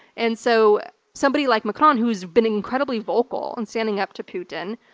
and so somebody like macron, who's been incredibly vocal in standing up to putin,